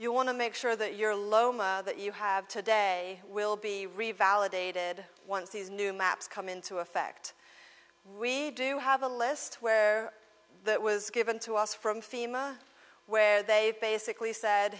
you want to make sure that you're alone that you have today will be revalidated once these new maps come into effect we do have a list where that was given to us from fema where they've basically said